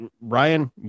Ryan